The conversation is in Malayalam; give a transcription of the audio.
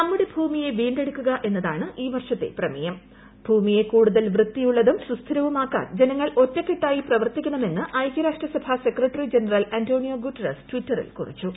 നമ്മുടെ ഭൂമില്യ ്വീണ്ടെടുക്കുക എന്നതാണ് ഈ വർഷത്തെ പ്രമേയം ഭൂമിയെ കൂടുതൽ വൃത്തിയുള്ളതും സുസ്ഥിരവുമാക്കാൻ ജ്യ്നങ്ങൾ ഒറ്റക്കെട്ടായി പ്രവർത്തിക്കണമെന്ന് ഐക്യരാഷ്ട്ര സഭാ സ്ക്രെട്ടറി ജനറൽ ആന്റോണിയോ ഗുട്ടറസ് ടിറ്ററിൽ കുറിച്ചു